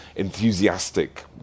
enthusiastic